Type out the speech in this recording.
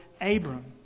Abram